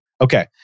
okay